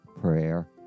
prayer